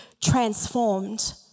transformed